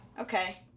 Okay